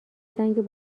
سنگ